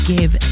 Give